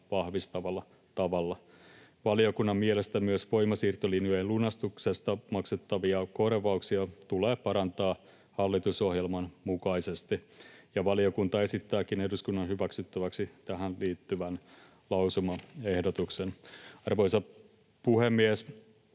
vahvistavalla tavalla. Valiokunnan mielestä myös voimasiirtolinjojen lunastuksesta maksettavia korvauksia tulee parantaa hallitusohjelman mukaisesti, ja valiokunta esittääkin eduskunnan hyväksyttäväksi tähän liittyvän lausumaehdotuksen. Arvoisa puhemies!